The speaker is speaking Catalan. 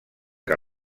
que